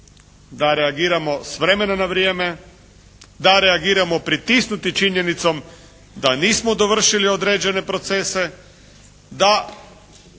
da reagiramo s vremena na vrijeme, da reagiramo pritisnuti činjenicom da nismo dovršili određene procese, da